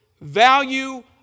Value